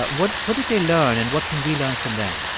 but what what did they learn, and what can we learn from them?